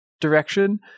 direction